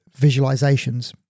visualizations